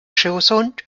schoßhund